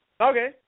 Okay